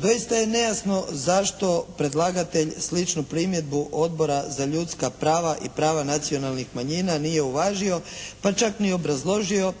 Doista je nejasno zašto predlagatelj sličnu primjedbu Odbora za ljudska prava i prava nacionalnih manjina nije uvažio, pa čak ni obrazložio